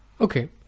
Okay